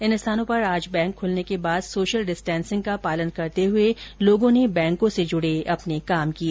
इन स्थानों पर आज बैंक खुलने के बाद सोशल डिस्टेंसिंग का पालन करते हुए लोगों ने बैंकों से जुड़े अपने काम किए